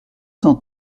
cent